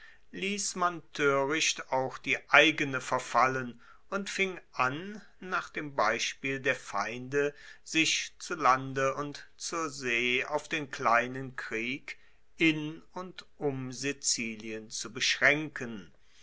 liess man toericht auch die eigene verfallen und fing an nach dem beispiel der feinde sich zu lande und zur see auf den kleinen krieg in und um sizilien zu beschraenken